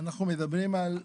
אנחנו מדברים על,